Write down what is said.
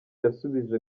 yasubije